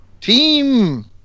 team